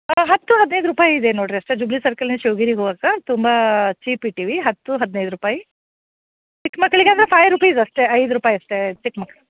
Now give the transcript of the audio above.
ಹಾಂ ಹತ್ತು ಹದಿನೈದು ರೂಪಾಯಿ ಇದೆ ನೋಡಿರಿ ಅಷ್ಟೇ ಜುಬ್ಲಿ ಸರ್ಕಲಿಂದ ಶಿವ್ಗಿರಿಗೆ ಹೋಗಕ್ಕೆ ತುಂಬ ಚೀಪ್ ಇಟ್ಟೀವಿ ಹತ್ತು ಹದಿನೈದು ರೂಪಾಯಿ ಚಿಕ್ಕ ಮಕ್ಳಿಗೆ ಅಂದರೆ ಫೈ ರೂಪೀಸ್ ಅಷ್ಟೇ ಐದು ರೂಪಾಯಿ ಅಷ್ಟೆ ಚಿಕ್ಮಕ್